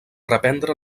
reprendre